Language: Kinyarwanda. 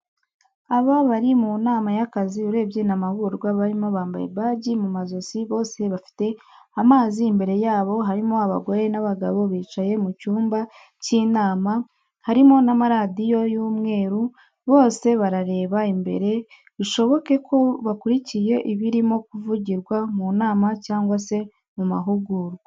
Aba bari munama yakazi urebye namahugurwa barimo bambaye bagi mumajosi bose bafite amazi imbere yabo harimo abagore nabagabo bicaye mucyumba cyinama harimo namarido y,umweru bose barareba imbere bishoboke ko bakurikiye ibirimo kuvugirwa munama cyangwa mumahugurwa.